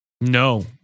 No